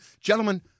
Gentlemen